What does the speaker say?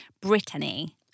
Brittany